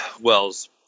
wells